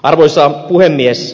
arvoisa puhemies